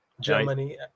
Germany